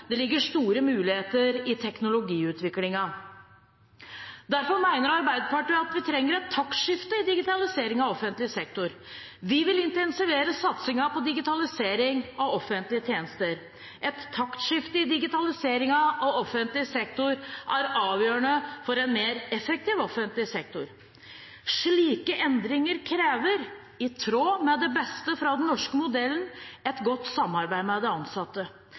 Det ligger store muligheter i teknologiutviklingen. Derfor mener Arbeiderpartiet at vi trenger et taktskifte i digitalisering av offentlig sektor. Vi vil intensivere satsingen på digitalisering av offentlige tjenester. Et taktskifte i digitaliseringen av offentlig sektor er avgjørende for en mer effektiv offentlig sektor. Slike endringer krever, i tråd med det beste fra den norske modellen, et godt samarbeid med de ansatte.